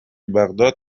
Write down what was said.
بغداد